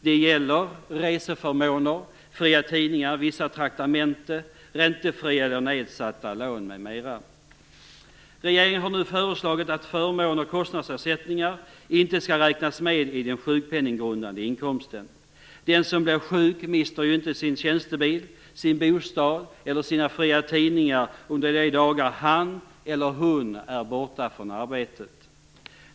Det gäller reseförmåner, fria tidningar, vissa traktamenten, räntefria eller nedsatta lån m.m. Regeringen har nu föreslagit att förmåner och kostnadsersättningar inte skall räknas med i den sjukpenninggrundande inkomsten. Den som blir sjuk mister ju inte sin tjänstebil, sin bostad eller sina fria tidningar under de dagar han eller hon är borta från jobbet.